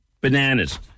bananas